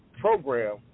program